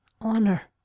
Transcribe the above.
honor